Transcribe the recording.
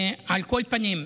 על כל פנים,